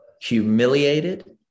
humiliated